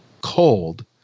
cold